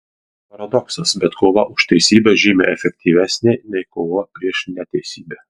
paradoksas bet kova už teisybę žymiai efektyvesnė nei kova prieš neteisybę